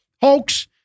hoax